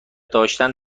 داشتن